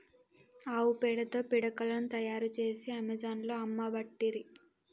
ఆవు పేడతో పిడికలను తాయారు చేసి అమెజాన్లో అమ్మబట్టిరి